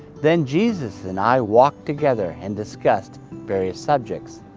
then jesus and i walked together and discussed various subjects.